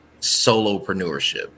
solopreneurship